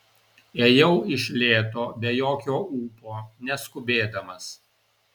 ėjau iš lėto be jokio ūpo neskubėdamas